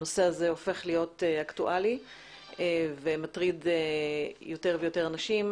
הנושא הזה הופך להיות אקטואלי ומטריד יותר ויותר אנשים,